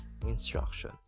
instruction